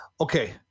okay